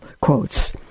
quotes